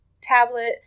tablet